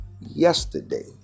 yesterday